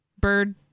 Bird